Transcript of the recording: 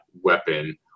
weapon